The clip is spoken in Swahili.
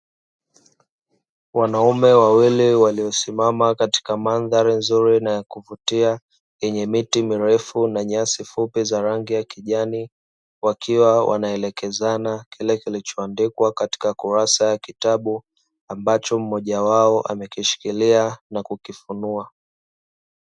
Wanaume wawili waliosimama katika mandhari nzuri na yakuvutia yenye miti mirefu na nyasi fupi za rangi ya kijani wakiwa wanaelekezana kile kilichoandikwa katika kurasa ya kitabu ambacho mmoja wao amekishikilia na kukifunua.